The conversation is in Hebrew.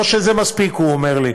לא שזה מספיק, הוא אומר לי,